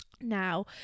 Now